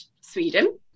Sweden